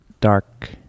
dark